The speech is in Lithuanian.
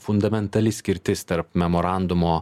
fundamentali skirtis tarp memorandumo